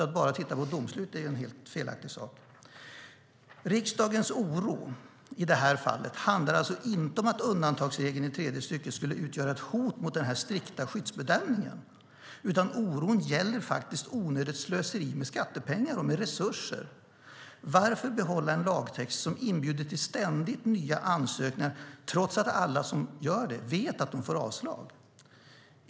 Att bara titta på domslut är helt fel. Riksdagens oro i det här fallet handlar alltså inte om att undantagsregeln i tredje stycket skulle utgöra ett hot mot den strikta skyddsbedömningen. Oron gäller onödigt slöseri med skattepengar och resurser. Varför behålla en lagtext som inbjuder till ständigt nya ansökningar, trots att alla som ansöker vet att de får avslag?